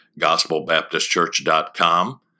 gospelbaptistchurch.com